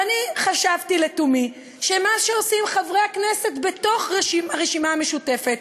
ואני חשבתי לתומי שמה שעושים חברי הכנסת מהרשימה המשותפת,